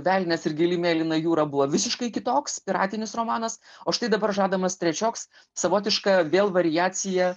velnias ir gili mėlyna jūra buvo visiškai kitoks piratinis romanas o štai dabar žadamas trečioks savotiška vėl variacija